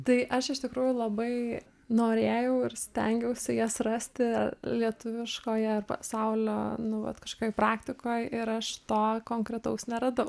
tai aš iš tikrųjų labai norėjau ir stengiausi jas rasti ar lietuviškoje ar pasaulio nu vat kažkokioj praktikoj ir aš to konkretaus neradau